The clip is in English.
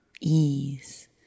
ease